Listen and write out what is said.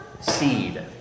seed